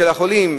של החולים,